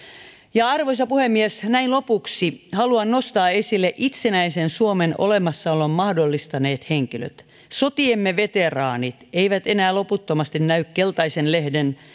arvoisa puhemies näin lopuksi haluan nostaa esille itsenäisen suomen olemassaolon mahdollistaneet henkilöt sotiemme veteraanit eivät enää loputtomasti näy keltaisen